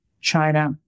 China